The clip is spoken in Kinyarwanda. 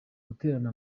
guterana